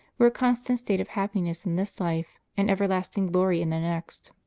were a constant state of happiness in this life and everlasting glory in the next.